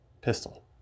pistol